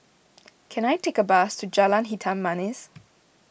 can I take a bus to Jalan Hitam Manis